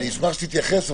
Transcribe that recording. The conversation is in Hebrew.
אשמח שתתייחס,